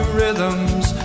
rhythms